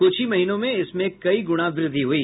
कुछ ही महीनों में इसमें कई गुणा वृद्धि हुई